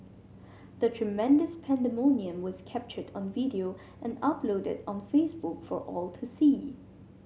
the tremendous pandemonium was captured on video and uploaded on Facebook for all to see